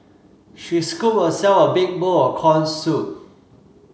she scooped herself a big bowl of corn soup